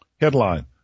Headline